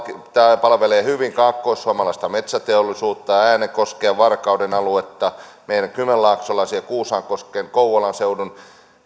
tämä palvelee hyvin kaakkoissuomalaista metsäteollisuutta ja äänekoskea varkauden aluetta meitä kymenlaaksolaisia kuusankosken kouvolan seudun